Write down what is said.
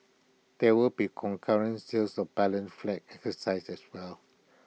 there will be concurrent sales of balun flats exercise as well